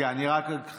אני מסיר את